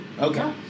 Okay